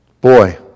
boy